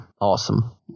awesome